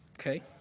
Okay